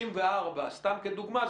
סתם כדוגמה.